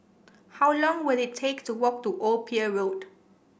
how long will it take to walk to Old Pier Road